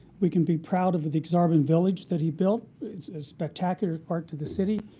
we can be proud of the exorbitant village that he built. it's a spectacular part to the city.